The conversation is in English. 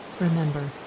remember